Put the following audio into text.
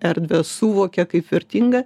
erdvę suvokia kaip vertingą